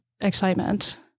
excitement